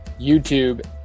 YouTube